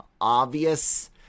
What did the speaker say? obvious